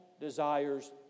desires